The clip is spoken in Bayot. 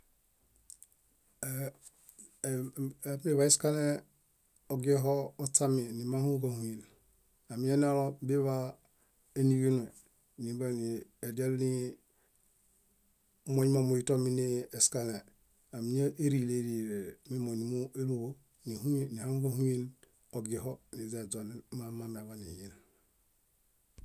Áa- um- amiḃay eskalẽ ogiho ośami nímãhoġahuyen, aminanalo biḃaa éniġenue nembeniedial niimoñ momuĩtomi nii eskalẽe. Ámiñarilerile mimoñ númueluḃo, níhuyen, níhaŋuġahuyen ogiho niźaiźonen mamami aḃanihien.